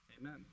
Amen